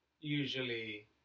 Usually